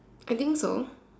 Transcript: I think so